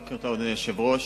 בוקר טוב, אדוני היושב-ראש,